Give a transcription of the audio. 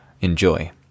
Enjoy